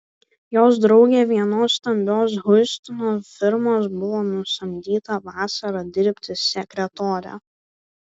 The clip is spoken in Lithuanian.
jos draugė vienos stambios hjustono firmos buvo nusamdyta vasarą dirbti sekretore